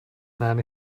nein